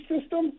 system